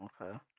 okay